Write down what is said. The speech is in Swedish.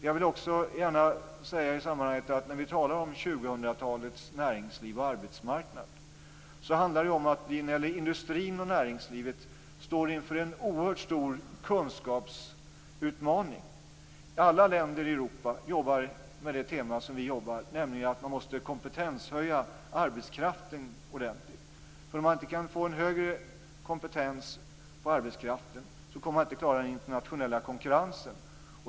Jag vill i sammanhanget också gärna säga att när vi talar om 2000-talets näringsliv och arbetsmarknad handlar det ju om att vi när det gäller industrin och näringslivet står inför en oerhört stor kunskapsutmaning. Alla länder i Europa jobbar med det tema som vi jobbar med, nämligen att man måste kompetenshöja arbetskraften ordentligt. Om man inte kan få en högre kompetens på arbetskraften kommer man inte att klara den internationella konkurrensen.